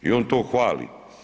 I on to hvali.